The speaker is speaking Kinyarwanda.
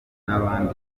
n’abandi